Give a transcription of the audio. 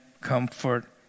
comfort